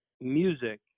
music